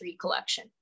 collection